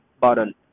button